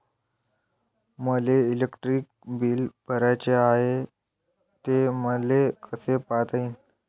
मले electric bill भराचं हाय, ते मले कस पायता येईन?